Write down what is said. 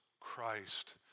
Christ